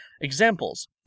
Examples